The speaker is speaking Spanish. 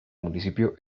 municipio